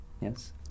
Yes